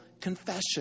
confession